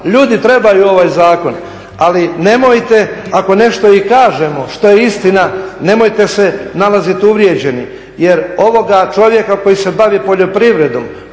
ljudi trebaju ovaj Zakon ali nemojte ako nešto i kažemo što je istina, nemojte se nalazi uvrijeđenim. Jer ovoga čovjeka koji se bavi poljoprivredom